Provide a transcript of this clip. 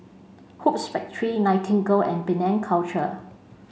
Hoops Factory Nightingale and Penang Culture